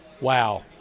Wow